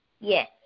Yes